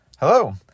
Hello